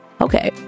Okay